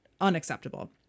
unacceptable